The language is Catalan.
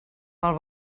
pel